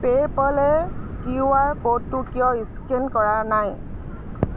পে'পলে Q R ক'ডটো কিয় scan কৰা নাই